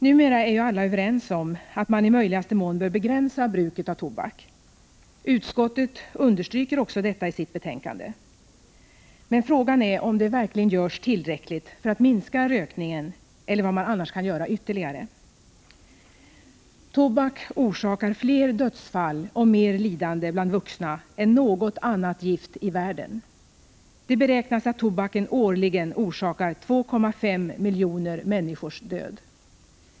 Numera är ju alla överens om att man i möjligaste mån bör begränsa bruket av tobak. Utskottet understryker också detta i sitt betänkande. Men frågan är om det verkligen görs tillräckligt för att minska rökningen eller om man kan göra något ytterligare. Tobak orsakar fler dödsfall och mer lidande bland vuxna än något annat gift i världen. Det beräknas att tobaken årligen orsakar 2,5 miljoner människors död.